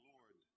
Lord